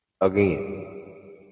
Again